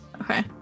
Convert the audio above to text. Okay